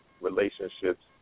relationships